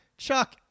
Chuck